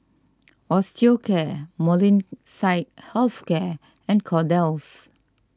Osteocare Molnylcke Health Care and Kordel's